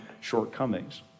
shortcomings